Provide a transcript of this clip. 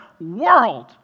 world